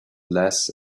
less